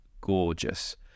gorgeous